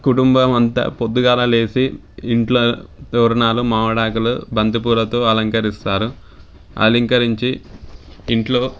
కుటుంబం అంతా పొద్దుగల లేచి ఇంట్లో తోరణాలు మావిడాకులు బంతిపూలతో అలంకరిస్తారు అలంకరించి ఇంట్లో